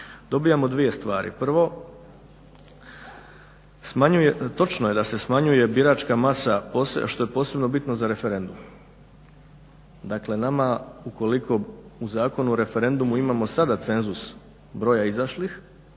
Dobivamo dvije stvari. Prvo, točno je da se smanjuje biračka masa što je posebno bitno za referendum. Dakle, nama ukoliko u Zakonu o referendumu imamo sada cenzus broja izašlih